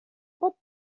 pot